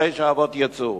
אחרי שהאבות יצאו.